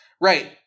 Right